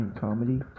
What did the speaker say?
Comedy